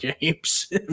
games